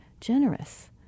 generous